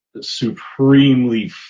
supremely